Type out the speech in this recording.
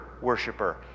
worshiper